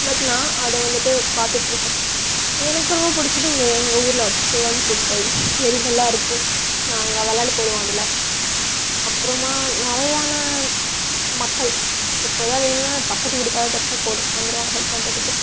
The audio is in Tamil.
பட் நான் அதை வந்துட்டு பார்த்துட்ருக்கேன் எனக்கு ரொம்ப பிடிச்சது இங்கே எங்கள் ஊரில் குளம் குட்டை ஏரிங்கள்லாம் இருக்குது நாங்கள் விளையாட போய்டுவோம் அதில் அப்புறமா நிலையான மக்கள் இப்போது எதுனா வேணும்னா பக்கத்து வீட்டு கதவை தட்டினா போதும் வந்துடுவாங்க ஹெல்ப் பண்ணுறதுக்கு